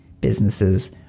businesses